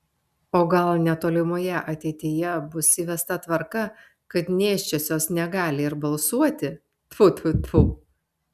o gal netolimoje ateityje bus įvesta tvarka kad nėščiosios negali ir balsuoti tfu tfu tfu